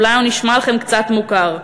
אולי הוא נשמע לכם קצת מוכר: